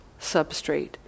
substrate